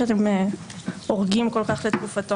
שאתם עורגים כל כך לתקופתו.